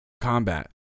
combat